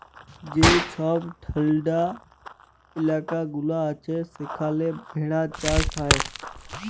যে ছব ঠাল্ডা ইলাকা গুলা আছে সেখালে ভেড়া চাষ হ্যয়